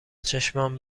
چشمام